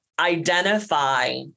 identify